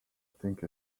think